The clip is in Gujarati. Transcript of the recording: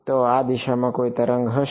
તો આ દિશામાં કોઈ તરંગ હશે